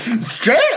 Straight